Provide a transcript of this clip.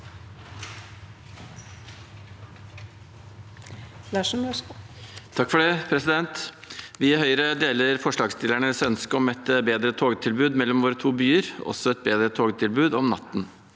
Larsen (H) Vi i Høyre deler for- slagsstillernes ønske om et bedre togtilbud mellom våre to byer, også et bedre togtilbud om natten.